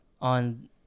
on